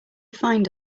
find